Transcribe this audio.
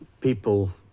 people